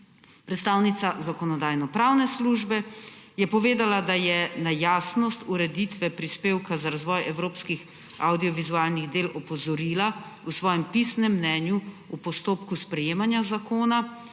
Predstavnica Zakonodajno-pravne službe je povedala, da je nejasnost ureditve prispevka za razvoj evropskih avdiovizualnih del opozorila v svojem pisnem mnenju v postopku sprejemanja zakona,